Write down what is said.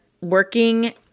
working